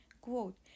Quote